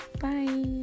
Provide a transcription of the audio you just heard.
Bye